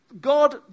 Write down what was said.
God